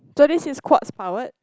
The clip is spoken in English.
so this is quartz powered